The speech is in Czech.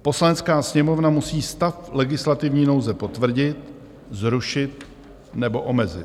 Poslanecká sněmovna musí stav legislativní nouze potvrdit, zrušit nebo omezit.